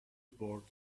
board